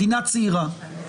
מדינה צעירה.